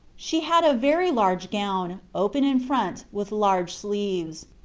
she had a very large gown, open in front, with large sleeves.